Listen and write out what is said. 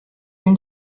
une